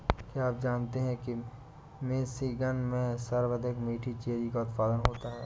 क्या आप जानते हैं कि मिशिगन में सर्वाधिक मीठी चेरी का उत्पादन होता है?